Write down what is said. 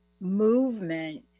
movement